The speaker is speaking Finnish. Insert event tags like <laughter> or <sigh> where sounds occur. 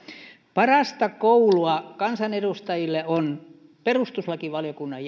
parasta koulua kansanedustajille on perustuslakivaliokunnan <unintelligible>